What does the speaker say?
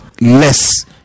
less